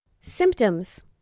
Symptoms